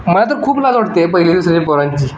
मला तर खूप लाज वाटते पहिली दुसरीच्या पोरांची